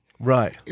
Right